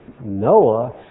Noah